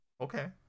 okay